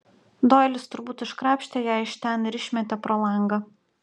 doilis turbūt iškrapštė ją iš ten ir išmetė pro langą